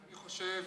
אני חושב